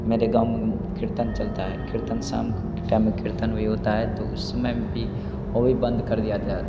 मेरे गाँव में कीर्तन चलता है कीर्तन साम के टाइम में कीर्तन वही होता है तो उसमें भी वो भी बंद कर दिया गया